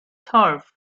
thorpe